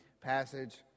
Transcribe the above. passage